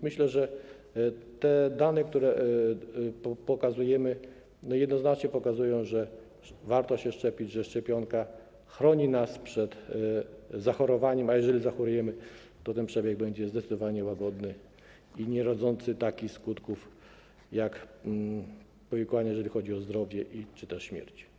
Myślę, że te dane jednoznacznie pokazują, że warto się szczepić, że szczepionka chroni nas przed zachorowaniem, a jeżeli zachorujemy, to ten przebieg będzie zdecydowanie łagodniejszy i nierodzący takich skutków jak powikłania, jeżeli chodzi o zdrowie, czy też śmierć.